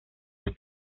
los